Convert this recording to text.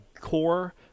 core